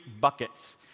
buckets